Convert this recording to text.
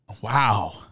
Wow